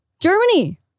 Germany